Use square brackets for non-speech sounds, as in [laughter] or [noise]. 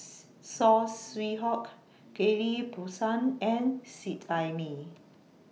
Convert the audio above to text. [noise] Saw Swee Hock Ghillie BaSan and Seet Ai Mee